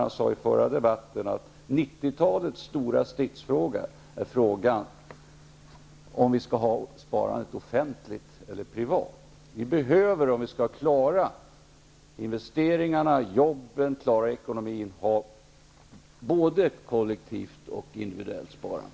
Han sade i den förra debatten att 90-talets stora stridsfråga kommer att bli huruvida sparandet skall vara offentligt eller privat. Om vi skall klara investeringarna, jobben och ekonomin behövs både kollektivt och individuellt sparande.